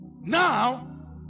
Now